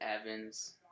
Evans